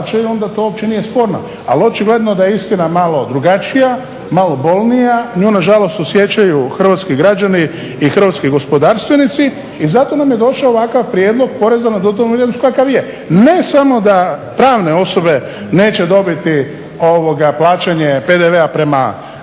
onda to uopće nije sporno. Ali očigledno da je istina malo drugačija, malo bolnija. Nju nažalost osjećaju hrvatski građani i hrvatski gospodarstvenici i zato nam je došao ovakav prijedlog poreza na dodanu vrijednost kakav je. Ne samo da pravne osobe neće dobiti plaćanje PDV-a prema